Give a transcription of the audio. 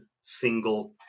single